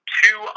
two